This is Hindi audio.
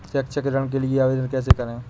शैक्षिक ऋण के लिए आवेदन कैसे करें?